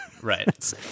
Right